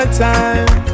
time